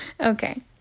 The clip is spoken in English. Okay